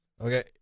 Okay